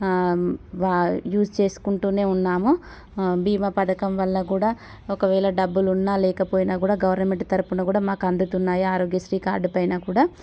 వా యూజ్ చేసుకుంటూనే ఉన్నాము బీమా పథకం వల్ల కూడా ఒకవేళ డబ్బులు ఉన్నా లేకపోయినా కూడా గవర్నమెంట్ తరఫున కూడా మాకు అందుతున్నాయి ఆరోగ్యశ్రీ కార్డు పైన కూడా